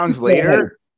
later